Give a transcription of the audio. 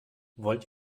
wollt